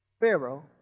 Pharaoh